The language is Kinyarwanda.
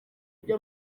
ibyo